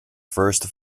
first